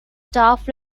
staff